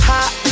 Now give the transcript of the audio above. Hot